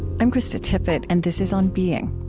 i'm krista tippett and this is on being.